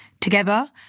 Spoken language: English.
Together